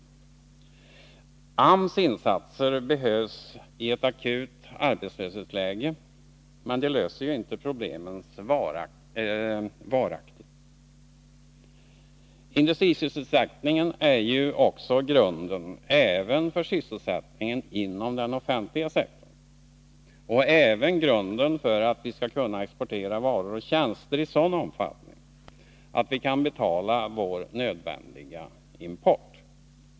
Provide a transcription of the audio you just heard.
AMS insatser behövs i ett akut arbetslöshetsläge, men de löser ju inte problemen varaktigt. Industrisysselsättningen är ju också grunden även för sysselsättningen inom den offentliga sektorn och även grunden för att vi skall kunna exportera varor och tjänster i sådan omfattning att vi kan betala vår nödvändiga import.